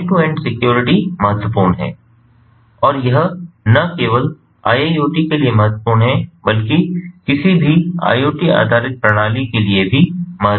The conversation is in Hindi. एंड टू एंड सिक्योरिटी महत्वपूर्ण है और यह न केवल IIoT के लिए महत्वपूर्ण है बल्कि किसी भी IoT आधारित प्रणाली के लिए भी महत्वपूर्ण है